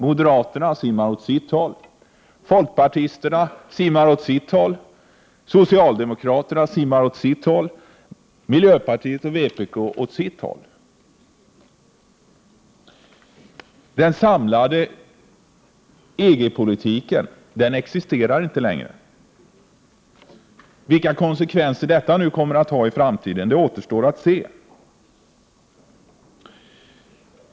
Moderaterna simmar åt sitt håll, folkpartisterna simmar åt sitt håll, socialdemokraterna åt sitt håll och miljöpartiet och vpk åt sitt håll. Den samlade EG-politiken existerar inte längre. Det återstår att se vilka konsekvenser detta kommer att få i framtiden.